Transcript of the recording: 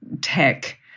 tech